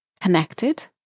connected